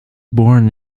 born